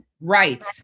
Right